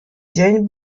dzień